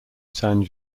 san